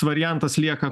variantas lieka